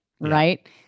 Right